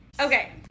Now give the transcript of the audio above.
Okay